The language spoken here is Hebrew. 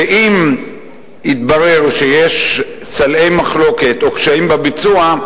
ואם יתברר שיש סלעי מחלוקת או קשיים בביצוע,